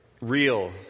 real